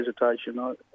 hesitation